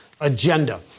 agenda